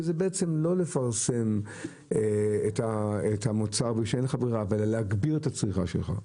שזה בעצם לא לפרסם את המוצר אלא להגביר את הצריכה שלך,